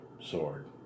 sword